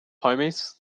homies